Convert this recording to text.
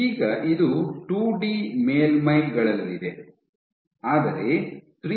ಈಗ ಇದು ಟೂಡಿ ಮೇಲ್ಮೈಗಳಲ್ಲಿದೆ